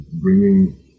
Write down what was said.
bringing